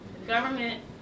government